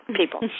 people